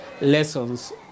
lessons